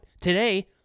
Today